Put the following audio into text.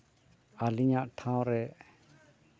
ᱟᱹᱞᱤᱧᱟᱜ ᱴᱷᱟᱶ ᱨᱮ